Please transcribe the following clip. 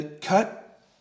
Cut